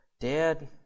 Dad